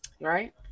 Right